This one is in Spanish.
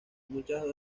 muchas